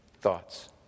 thoughts